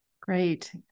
Great